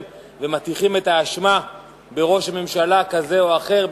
ומטיחים את האשמה בראש ממשלה כזה או אחר,